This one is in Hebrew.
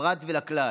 לפרט ולכלל.